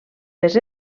les